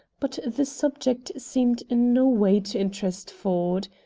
but the subject seemed in no way to interest ford.